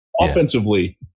Offensively